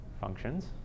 functions